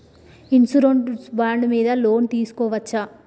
Insurance bond మీద loan తీస్కొవచ్చా?